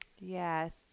Yes